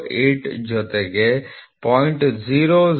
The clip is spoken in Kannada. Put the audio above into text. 080 ಜೊತೆಗೆ 0